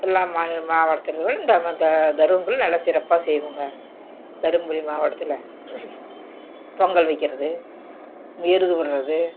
எல்லா மாநி மாவட்டத்திலேயும் விட இந்த இந்த தருமபுரியில் நல்லா சிறப்பாக செய்வோங்க தருமபுரி மாவட்டத்தில் பொங்கல் வைக்கிறது எருது விடுகிறது